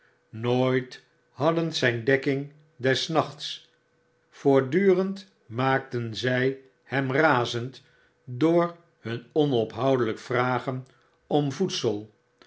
nooit hadden zfl dekking des nachts voortdurend maakten zij hemrazend door hun onophoudelijk vragen om voedsel